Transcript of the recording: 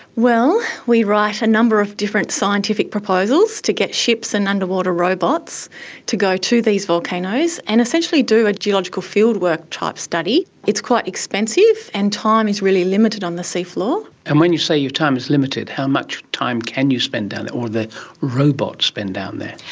well, we write a number of different scientific proposals to get ships and underwater robots to go to these volcanoes and essentially do a geological fieldwork type study. it's quite expensive, and time is really limited on the seafloor. and when you say your time is limited, how much time can you spend down there or can the robots spend down there?